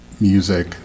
music